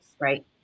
right